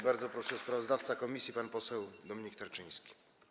Bardzo proszę, sprawozdawca komisji pan poseł Dominik Tarczyński.